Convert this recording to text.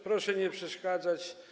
Proszę nie przeszkadzać.